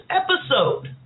episode